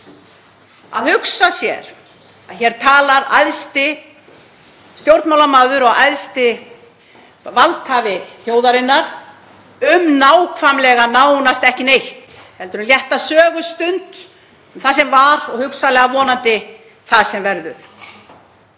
Að hugsa sér að hér talar stjórnmálamaður og æðsti valdhafi þjóðarinnar um nákvæmlega nánast ekki neitt heldur fer með létta sögustund um það sem var og hugsanlega og vonandi það sem verður.